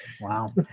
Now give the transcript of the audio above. Wow